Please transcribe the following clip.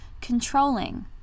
controlling